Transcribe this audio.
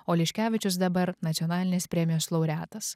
o liškevičius dabar nacionalinės premijos laureatas